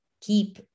keep